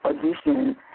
position